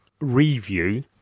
review